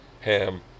ham